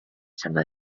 some